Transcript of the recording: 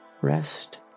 Rest